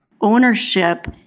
ownership